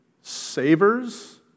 Savers